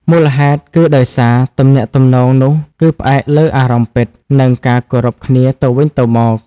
មូលហេតុគឺដោយសារ ទំនាក់ទំនងនោះគឺផ្អែកលើអារម្មណ៍ពិត និងការគោរពគ្នាទៅវិញទៅមក។